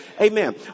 Amen